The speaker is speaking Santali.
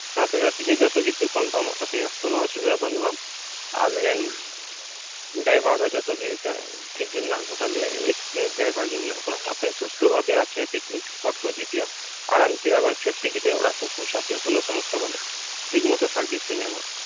ᱥᱟᱛ ᱦᱟᱡᱟᱨ ᱛᱮᱜᱮ ᱡᱚᱛᱚ ᱠᱤᱪᱷᱩ ᱠᱚᱯᱷᱟᱨᱢᱚᱜ ᱛᱟᱯᱮᱭᱟ ᱠᱚᱱᱚ ᱚᱥᱵᱤᱫᱟ ᱵᱟᱹᱱᱩᱜᱼᱟ ᱟᱞᱮᱨᱮᱱ ᱰᱟᱭᱵᱷᱟᱨ ᱦᱚᱸ ᱡᱚᱛᱚ ᱜᱮ ᱪᱟ ᱴᱷᱤᱠ ᱜᱮ ᱢᱮᱱᱟᱜ ᱠᱚ ᱛᱟᱞᱮᱭᱟ ᱮᱠᱥᱯᱮᱨᱤᱭᱮᱱᱥ ᱰᱟᱭᱵᱷᱟᱨ ᱜᱮ ᱢᱮᱱᱟᱜ ᱠᱚᱣᱟ ᱟᱯᱮ ᱥᱩᱥᱛᱷᱚ ᱵᱷᱟᱵᱮ ᱟᱯᱮ ᱯᱤᱠᱱᱤᱠ ᱥᱯᱚᱴ ᱠᱚ ᱤᱫᱤ ᱯᱮᱭᱟ ᱟᱨᱟᱢ ᱥᱮ ᱟᱵᱟᱨ ᱥᱟᱹᱛ ᱠᱟᱛᱮ ᱚᱲᱟᱜ ᱠᱚ ᱯᱚᱣᱪᱷᱟᱣ ᱯᱮᱭᱟ ᱠᱚᱱᱚ ᱥᱚᱢᱚᱥᱥᱟ ᱵᱟ ᱱᱩᱜᱼᱟ ᱴᱷᱤᱠ ᱢᱚᱛᱚ ᱥᱟᱨᱵᱷᱤᱥ ᱯᱮ ᱧᱟᱢᱟ